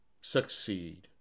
succeed